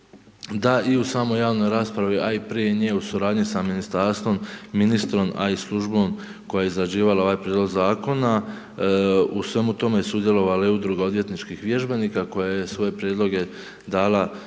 da i u samoj javnoj raspravi, a i prije nje u suradnji sa ministarstvom, ministrom, a i službom koja je izrađivala ovaj prijedlog zakona, u svemu tome sudjelovale udruge odvjetničkih vježbenika koje je svoje prijedloge dala ministru